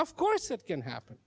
of course it can happen